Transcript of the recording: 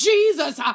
Jesus